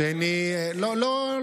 אני לא מושכת אותה.